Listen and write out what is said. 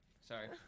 Sorry